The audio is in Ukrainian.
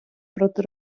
проти